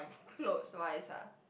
clothes wise ah